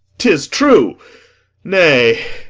tis true nay,